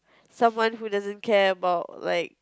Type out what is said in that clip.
someone who doesn't care about like